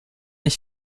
ich